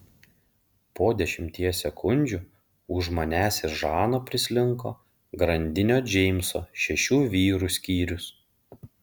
po dešimties sekundžių už manęs ir žano prislinko grandinio džeimso šešių vyrų skyrius